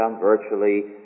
virtually